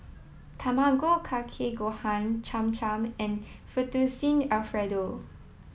Tamago Kake Gohan Cham Cham and Fettuccine Alfredo